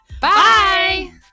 Bye